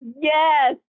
yes